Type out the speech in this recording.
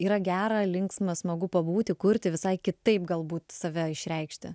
yra gera linksma smagu pabūti kurti visai kitaip galbūt save išreikšti